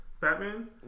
Batman